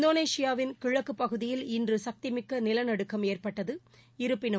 இந்தோனேஷியாவின் கிழக்குப் பகுதியில் இன்றுசக்திமிக்கநிலநடுக்கம் ஏற்பட்டது இருப்பினும்